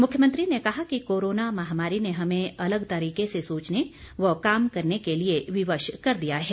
मुख्यमंत्री ने कहा कि कोरोना महामारी ने हमें अलग तरीके से सोचने व काम करने के लिए विवश कर दिया है